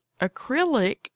acrylic